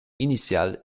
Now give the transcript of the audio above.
initiale